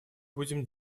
будем